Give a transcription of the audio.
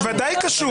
זה ודאי קשור.